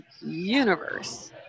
universe